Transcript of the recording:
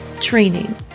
training